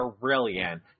brilliant